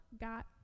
got